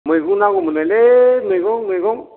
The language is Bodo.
मैगं नांगौमोनलायलै मैगं मैगं